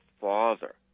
father